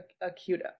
acute